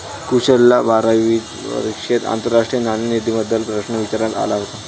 कुशलला बारावीच्या परीक्षेत आंतरराष्ट्रीय नाणेनिधीबद्दल प्रश्न विचारण्यात आला होता